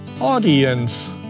audience